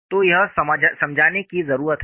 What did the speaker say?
तो यह समझाने की जरूरत है